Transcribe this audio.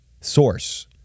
source